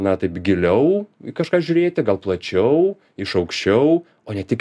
na taip giliau kažką žiūrėti gal plačiau iš aukščiau o ne tik